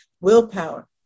Willpower